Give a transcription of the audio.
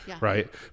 right